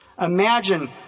Imagine